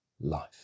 life